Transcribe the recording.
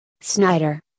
Snyder